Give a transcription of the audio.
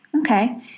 Okay